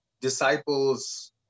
Disciples